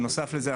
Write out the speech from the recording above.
בנוסף לזה,